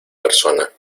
persona